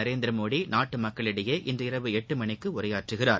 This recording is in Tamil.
நரேந்திரமோடி நாட்டு மக்களிடையே இன்று இரவு எட்டு மணிக்கு உரையாற்றுகிறார்